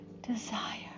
desire